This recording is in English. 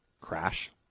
crash